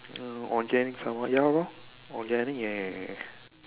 mm organic some more ya lor organic eh